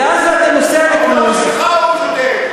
לעזה אתה נוסע לקרוז, העולם שלך, הוא שותק.